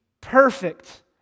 perfect